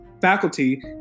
faculty